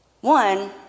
One